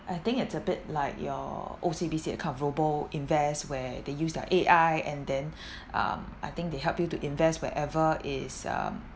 I think it's a bit like your O_C_B_C invest where they use their A_I and then um I think they help you to invest wherever is uh